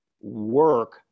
work